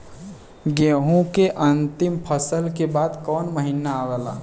गेहूँ के अंतिम फसल के बाद कवन महीना आवेला?